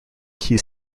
key